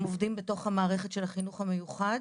עובדים בתוך המערכת של החינוך המיוחד,